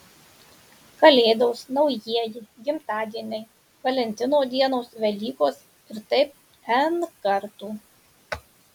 kalėdos naujieji gimtadieniai valentino dienos velykos ir taip n kartų